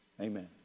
amen